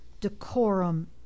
decorum